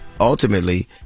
Ultimately